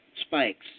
spikes